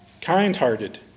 kind-hearted